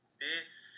peace